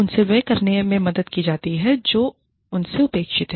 उनसे वह करने में मदद की जाती है जो उनसे अपेक्षित है